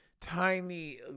tiny